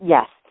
Yes